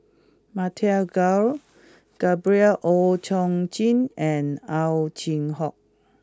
Matthew Ngui Gabriel Oon Chong Jin and Ow Chin Hock